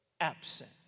absent